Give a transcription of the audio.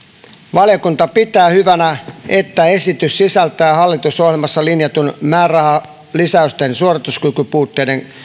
valiokunta pitää hyvänä että esitys sisältää hallitusohjelmassa linjatun määrärahalisäyksen suorituskykypuutteiden